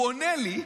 הוא עונה לי,